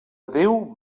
déu